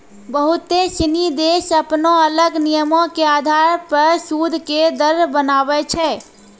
बहुते सिनी देश अपनो अलग नियमो के अधार पे सूद के दर बनाबै छै